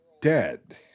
dead